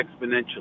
exponentially